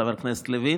חבר הכנסת לוין.